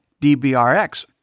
DBRX